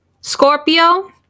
Scorpio